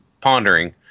pondering